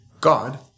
God